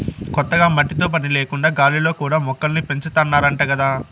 కొత్తగా మట్టితో పని లేకుండా గాలిలో కూడా మొక్కల్ని పెంచాతన్నారంట గదా